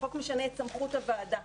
החוק משנה את סמכות הוועדה,